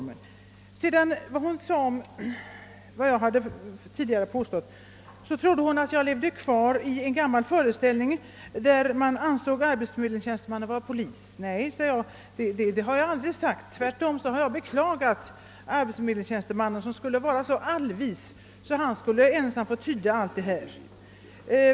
Men sedan sade fröken Sandell ait jag levde kvar i den ganila föreställningen att arbetsförmedlingstjänstemannen var polis. Nej, fröken Sandell, 'så har jag aldrig sagt. Tvärtom har jag beklagat arbetsförmedlingstjänstemannen som skulle vara så allvis att han skulle ha att tyda alla de vaga bestärnmelserna.